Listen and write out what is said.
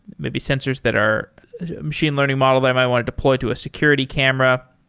maybe sensors that are machine learning model that i might want to deploy to a security camera.